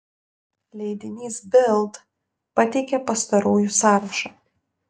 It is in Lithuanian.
leidinys bild pateikia pastarųjų sąrašą